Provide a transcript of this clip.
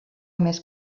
més